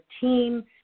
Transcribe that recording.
team